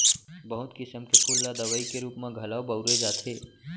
बहुत किसम के फूल ल दवई के रूप म घलौ बउरे जाथे